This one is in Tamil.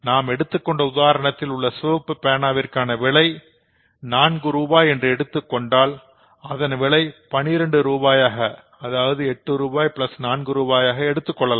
நாம் எடுத்துக்கொண்ட உதாரணத்தில் உள்ள சிவப்பு பேனாவிற்கான விலை 4 ரூபாய் என்று எடுத்துக்கொண்டால் அதன் விற்பனை விலை 12 ரூபாயாக அதாவது 8 ரூபாய் 4 ரூபாய் எடுத்துக்கொள்ளலாம்